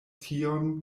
tion